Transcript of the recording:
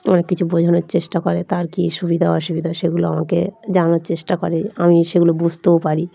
অনেক কিছু বোঝানোর চেষ্টা করে তার কী সুবিধা অসুবিধা সেগুলো আমাকে জানানোর চেষ্টা করে আমি সেগুলো বুঝতেও পারি